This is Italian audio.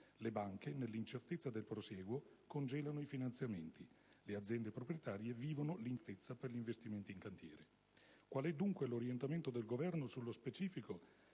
Le banche, nell'incertezza del prosieguo, congelano i finanziamenti; le aziende proprietarie vivono l'incertezza per gli investimenti in cantiere. Quale è dunque l'orientamento del Governo sullo specifico